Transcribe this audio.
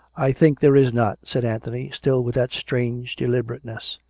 i think there is not said anthony, still with that strange deliberateness.